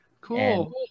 Cool